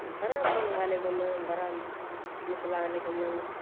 बड़ा मोन लागलय घूमयमे बड़ा नीक लागलय घूमयमे